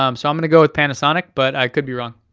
um so i'm gonna go with panasonic, but i could be wrong.